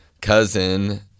cousin